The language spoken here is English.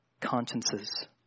consciences